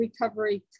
recovery